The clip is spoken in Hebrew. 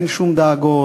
אין שום דאגות,